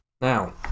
Now